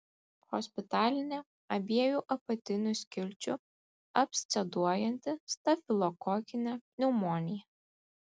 hospitalinė abiejų apatinių skilčių absceduojanti stafilokokinė pneumonija